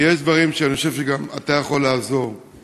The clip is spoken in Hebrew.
כי יש דברים שאני חושב שגם אתה יכול לעזור בהם.